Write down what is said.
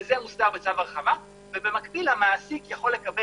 וזה הוסדר בצו הרחבה, ובמקביל המעסיק יכול לקבל